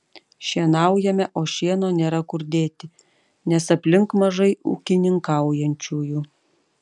šienaujame o šieno nėra kur dėti nes aplink mažai ūkininkaujančiųjų